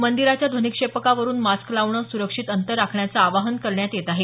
मंदिराच्या ध्वनिक्षेपकावरुन मास्क लावणं सुरक्षित अंतर राखण्याचं आवाहन करण्यात येत आहे